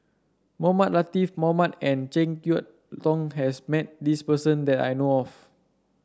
Mohamed Latiff Mohamed and JeK Yeun Thong has met this person that I know of